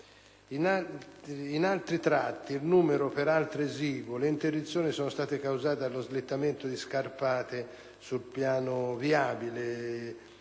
In altri tratti, in numero peraltro esiguo, le interruzioni sono state causate dallo slittamento di scarpate sul piano viabile.